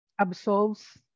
absolves